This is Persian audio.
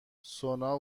سونا